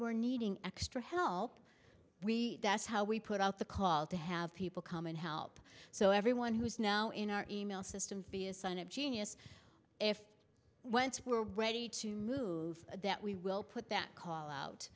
are needing extra help we that's how we put out the call to have people come and help so everyone who's now in our e mail system to be a sign of genius if whence were ready to move that we will put that call out